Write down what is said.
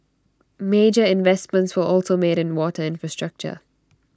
major investments were also made in water infrastructure